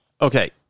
Okay